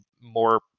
more